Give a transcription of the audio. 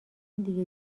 دیگه